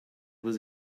was